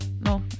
no